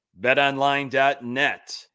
BetOnline.net